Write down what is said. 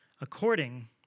according